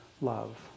love